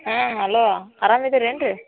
ಹಾಂ ಹಲೋ ಅರಾಮಿದೀರೇನು ರೀ